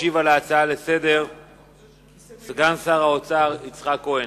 ישיב על ההצעה לסדר-היום סגן שר האוצר יצחק כהן.